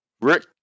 Rick